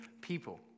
people